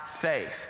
faith